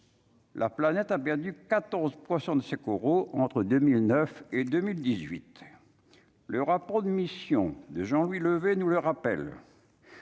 La planète a perdu 14 % de ses coraux entre 2009 et 2018, le rapport de mission de Jean-Louis Levet nous le rappelle